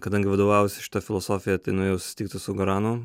kadangi vadovaujuosi šita filosofija tai nuėjau susitikti su goranu